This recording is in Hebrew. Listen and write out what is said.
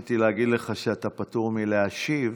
רציתי להגיד לך שאתה פטור מלהשיב.